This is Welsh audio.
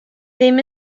ddim